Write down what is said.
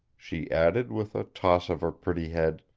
she added, with a toss of her pretty head,